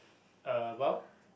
about